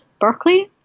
Berkeley